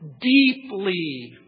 deeply